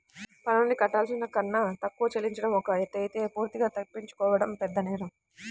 పన్నుల్ని కట్టాల్సిన కన్నా తక్కువ చెల్లించడం ఒక ఎత్తయితే పూర్తిగా తప్పించుకోవడం పెద్దనేరం